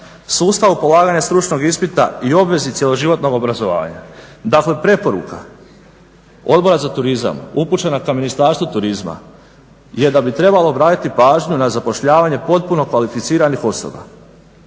sustavu polaganja stručnog ispita i obvezi cjeloživotnog obrazovanja. Dakle, preporuka Odbora za turizam upućena ka Ministarstvu turizma je da bi trebalo obratiti pažnju na zapošljavanje potpuno kvalificiranih osoba.